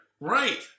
Right